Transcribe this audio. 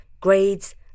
grades